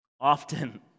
often